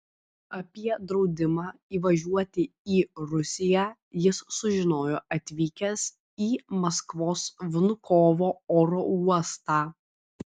apie draudimą įvažiuoti į rusiją jis sužinojo atvykęs į maskvos vnukovo oro uostą